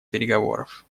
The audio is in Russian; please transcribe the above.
переговоров